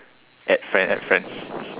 add friend add friend